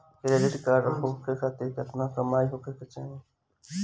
Credit card खोले खातिर केतना कमाई होखे के चाही?